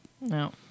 No